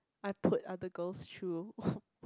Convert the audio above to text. I put other girls through